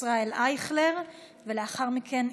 ישראל אייכלר ולאחר מכן,